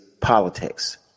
politics